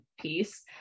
piece